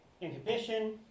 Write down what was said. Inhibition